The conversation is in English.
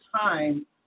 time